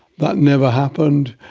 that never happened.